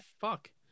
Fuck